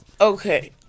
okay